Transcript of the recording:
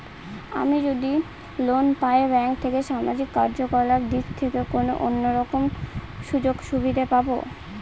আমি যদি লোন পাই ব্যাংক থেকে সামাজিক কার্যকলাপ দিক থেকে কোনো অন্য রকম সুযোগ সুবিধা পাবো?